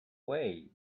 way